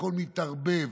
הכול מתערבב,